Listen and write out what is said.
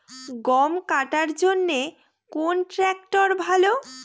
গম কাটার জন্যে কোন ট্র্যাক্টর ভালো?